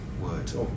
words